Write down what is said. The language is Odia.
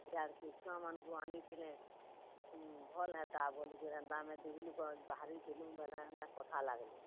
ଇଆଡ଼କେ ଛୁଆମାନଙ୍କୁ ଆନିଥିଲେ ଭଲ ହେତା ବୋଲିକରି ଏନ୍ତା ଆମେ ଦୁଇ ଲୁକ ବାହାରିଥିଲୁ ବୋଲେ ଏନ୍ତା କଥା ଲାଗଲୁ